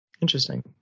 Interesting